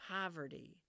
poverty